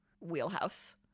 wheelhouse